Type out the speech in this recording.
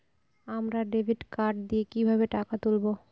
আমরা debit card দিয়ে কিভাবে টাকা তুলবো?